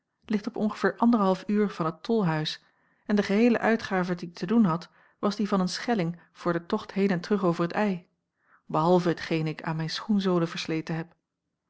ligt op ongeveer anderhalf uur van het tolhuis en de geheele uitgave die ik te doen had was die van een schelling voor den tocht heen en terug over t ij behalve hetgeen ik aan mijn schoenzolen versleten heb